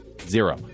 zero